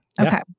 Okay